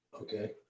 Okay